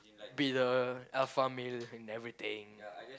be the alpha male and everything